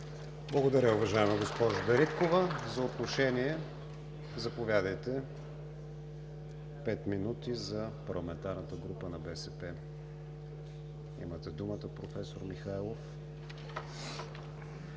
Благодаря, уважаема госпожо Дариткова. За отношение – пет минути за парламентарната група на БСП. Имате думата, професор Михайлов.